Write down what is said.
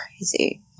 crazy